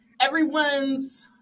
everyone's